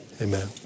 Amen